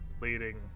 leading